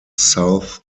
south